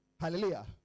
Hallelujah